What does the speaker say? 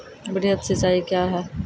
वृहद सिंचाई कया हैं?